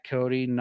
Cody